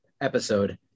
episode